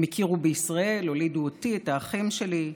הם הכירו בישראל, הולידו אותי, את האחים שלי.